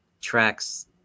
tracks